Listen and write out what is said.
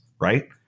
Right